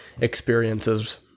experiences